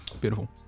Beautiful